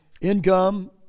income